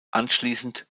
anschließend